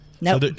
No